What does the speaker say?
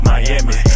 Miami